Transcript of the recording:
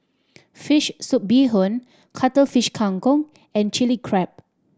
fish soup bee hoon Cuttlefish Kang Kong and Chilli Crab